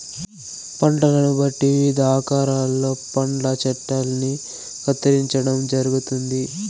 పంటలను బట్టి వివిధ ఆకారాలలో పండ్ల చెట్టల్ని కత్తిరించడం జరుగుతుంది